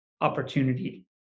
opportunity